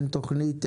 אין תוכנית,